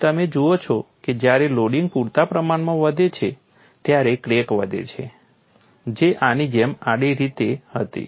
અને તમે જુઓ છો કે જ્યારે લોડિંગ પૂરતા પ્રમાણમાં વધે છે ત્યારે ક્રેક વધે છે જે આની જેમ આડી રીતે હતી